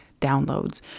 downloads